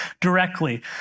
directly